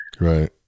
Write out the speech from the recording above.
Right